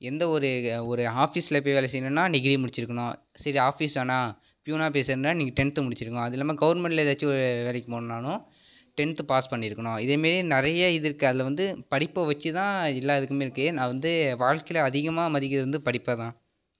எந்த ஒரு ஒரு ஆஃபீஸில் போய் வேலை செய்யணுன்னா டிகிரி முடிச்சுருக்கணும் சரி ஆஃபீஸ் வேணால் ப்யூனா போய் சேரணுன்னா நீங்கள் டென்த்து முடிச்சுருக்கணும் அது இல்லாமல் கவர்மெண்ட்டில் ஏதாச்சும் ஒரு வேலைக்கு போகணுனாலும் டென்த்து பாஸ் பண்ணியிருக்கணும் இதேமாரி நிறைய இது இருக்குது அதில் வந்து படிப்பை வச்சு தான் எல்லா இதுக்குமே இருக்குது நான் வந்து வாழ்க்கைல அதிகமாக மதிக்கின்றது வந்து படிப்பை தான்